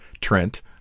Trent